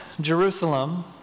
Jerusalem